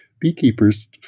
Beekeepers